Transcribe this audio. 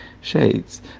shades